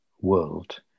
world